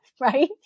Right